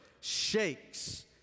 shakes